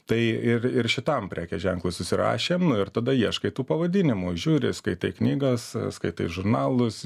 tai ir ir šitam prekės ženklui susirašėm ir tada ieškai tų pavadinimų žiūri skaitai knygas skaitai žurnalus